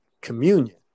communion